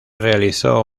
realizó